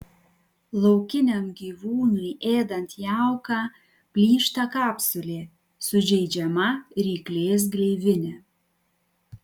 laukiniam gyvūnui ėdant jauką plyšta kapsulė sužeidžiama ryklės gleivinė